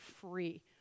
free